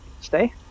stay